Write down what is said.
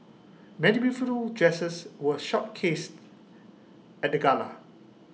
many beautiful dresses were showcased at the gala